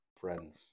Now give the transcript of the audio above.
friends